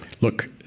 Look